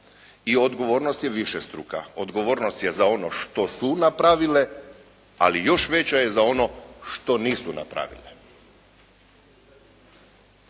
i odgovornost je višestruka. Odgovornost je za ono što su napravile, ali još veća je za ono što nisu napravile.